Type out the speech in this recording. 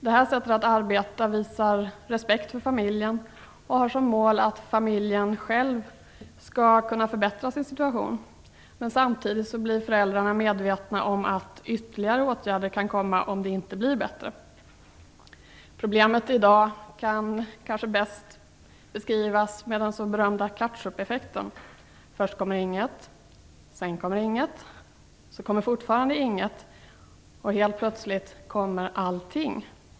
Detta sätt att arbeta innebär att man visar respekt för familjen och har som mål att familjen själv skall kunna förbättra sin situation, men föräldrarna blir samtidigt medvetna om att ytterligare åtgärder kan komma att vidtas om det inte blir bättre. Problemet i dag kan kanske bäst beskrivas med den berömda ketchupeffekten: först kommer inget, sedan kommer inget, sedan kommer fortfarande inget och helt plötsligt kommer allting.